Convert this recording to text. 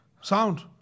Sound